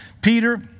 Peter